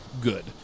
good